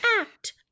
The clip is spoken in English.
act